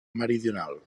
meridional